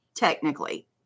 Technically